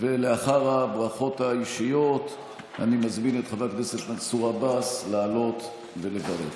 לאחר הברכות האישיות אני מזמין את חבר הכנסת מנסור עבאס לעלות ולברך.